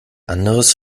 anderes